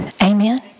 Amen